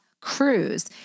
Cruise